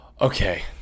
okay